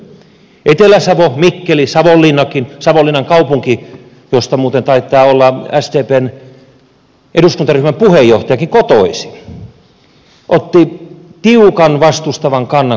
etelä savo mikkeli savonlinnakin savonlinnan kaupunki josta muuten taitaa olla sdpn eduskuntaryhmän puheenjohtajakin kotoisin ottivat tiukan vastustavan kannan koko vaalipiiriuudistukseen